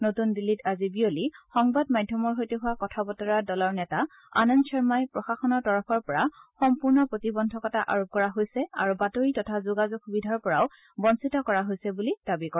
নতন দিল্লীত আজি বিয়লি সংবাদ মাধ্যমৰ সৈতে হোৱা কথা বতৰাত দলৰ নেতা আনন্দ শৰ্মহি প্ৰশাসনৰ তৰফৰ পৰা সম্পূৰ্ণ প্ৰতিবধ্ধকতা আৰোপ কৰা হৈছে আৰু বাতৰি তথা যোগাযোগ সুবিধাৰ পৰাও বঞ্চিত কৰা হৈছে বুলি দাবী কৰে